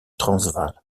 transvaal